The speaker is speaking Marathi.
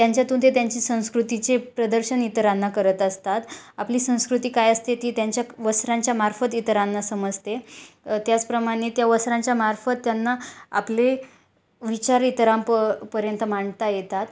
त्यांच्यातून ते त्यांची संस्कृतीचे प्रदर्शन इतरांना करत असतात आपली संस्कृती काय असते ती त्यांच्या क् वस्त्रांच्या मार्फत इतरांना समजते त्याचप्रमाणे त्या वस्त्रांच्या मार्फत त्यांना आपले विचार इतरां प पर्यंत मांडता येतात